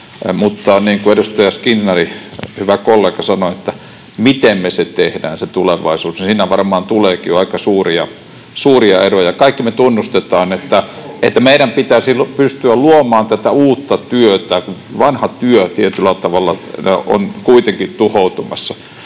mutta niin kuin edustaja Skinnari, hyvä kollega, sanoi, miten me teemme sen tulevaisuuden, siinä varmaan tuleekin jo aika suuria eroja. Kaikki me tunnustamme, että meidän pitäisi pystyä luomaan uutta työtä, vanha työ tietyllä tavalla on kuitenkin tuhoutumassa.